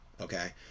okay